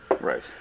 Right